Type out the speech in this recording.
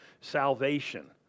salvation